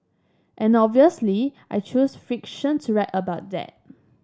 and obviously I choose fiction to write about that